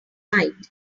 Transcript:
night